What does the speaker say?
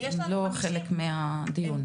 הם לא חלק מהדיון.